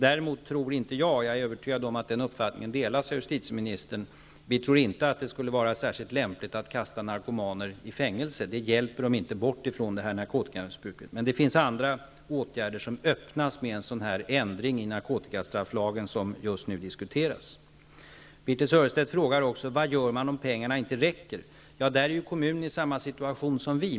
Däremot tror inte jag -- och jag är övertygad om att den uppfattningen delas av justitieministern -- att det skulle vara särskilt lämpligt att kasta narkomaner i fängelse. Det hjälper dem inte bort från narkotiakmissbruket. Men det finns andra åtgärder som öppnas med en sådan ändring i narkotikastrafflagen som just nu diskuteras. Birthe Sörestedt frågar också vad man gör om pengarna inte räcker. Kommunen är då i samma situation som vi.